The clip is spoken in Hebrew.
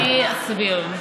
אני אסביר.